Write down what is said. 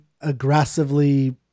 aggressively